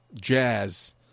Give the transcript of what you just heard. Jazz